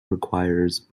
requires